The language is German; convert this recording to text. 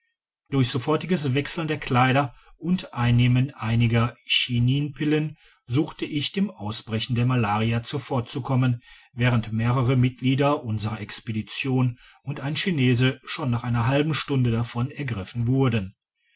durch sofortiges wechseln der kleider und einnehmen einiger chininpillen suchte ich dem ausbrechen der malaria zuvorzukommen während mehrere mitglieder unserer expedition und ein chinese schon nach einer halben stunde davon ergriffen wurden